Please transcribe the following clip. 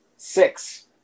Six